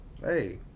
hey